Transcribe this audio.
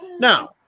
Now